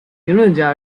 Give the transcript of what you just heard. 评论家